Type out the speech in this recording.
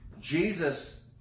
Jesus